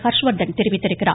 ஹர்ஷ்வாத்தன் தெரிவித்துள்ளார்